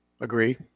Agree